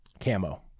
Camo